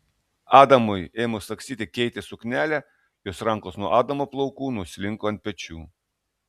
adamui ėmus sagstyti keitės suknelę jos rankos nuo adamo plaukų nuslinko ant pečių